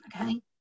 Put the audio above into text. Okay